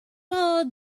all